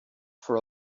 for